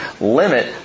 limit